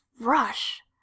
rush